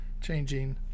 changing